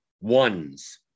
ones